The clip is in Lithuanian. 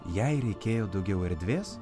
jai reikėjo daugiau erdvės